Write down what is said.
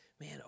Man